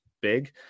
big